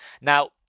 now